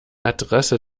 adresse